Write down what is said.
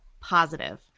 positive